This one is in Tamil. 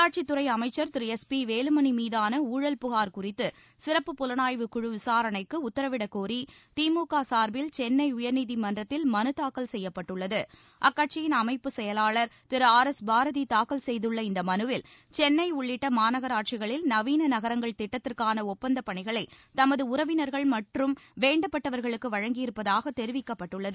உள்ளாட்சித் துறை அமைச்சா் திரு எஸ் பி வேலுமணி மீதான ஊழல் புகாா் குறித்து சிறப்பு புலனாய்வு குழு விசாரணைக்கு உத்தரவிட கோரி திமுக சார்பில் சென்ளை உயர்நீதிமன்றத்தில் மனு தாக்கல் செய்யப்பட்டுள்ளது அக்கட்சியின் அமைப்பு செயலாளர் திரு ஆர் எஸ் பாரதி தாக்கல் செய்துள்ள இந்த மனுவில் சென்னை உள்ளிட்ட மாநகராட்சிகளில் நவீன நகரங்கள் திட்டத்திற்கான ஒப்பந்தப் பணிகளை தமது உறவினர்கள் மற்றும் வேண்டப்பட்டவர்களுக்கு வழங்கியிருப்பதாக தெரிவிக்கப்பட்டுள்ளது